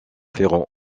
ferrand